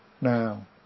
now